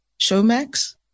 Showmax